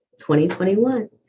2021